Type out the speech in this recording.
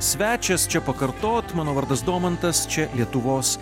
svečias čia pakartot mano vardas domantas čia lietuvos